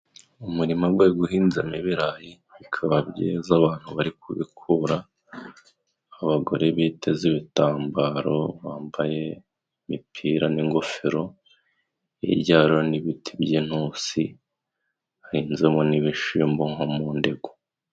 Umurima gwari guhinzemo ibirayi bikaba byiza ,abantu bari kubikura; abagore biteze ibitambaro, bambaye imipira n'ingofero hirya hariho n'ibiti by'intusi hahinzemo n'ibishimbo nko mu ndego.